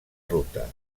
ruta